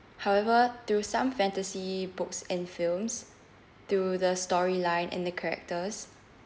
however through some fantasy books and films through the storyline and the characters